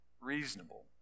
reasonable